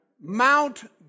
mount